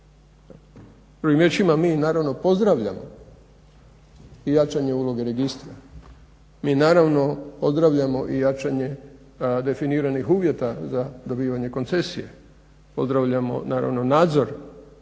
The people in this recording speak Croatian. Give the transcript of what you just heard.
riječima mi naravno pozdravljamo i jačanje uloge registra, mi naravno Pozdravljamo i jačanje definiranih uvjeta za dobivanje koncesije, pozdravljamo naravno nadzor